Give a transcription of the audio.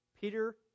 Peter